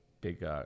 big